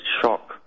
shock